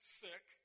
sick